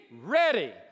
ready